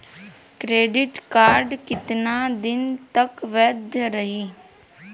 Credit card कितना दिन तक वैध रही?